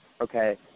okay